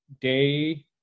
day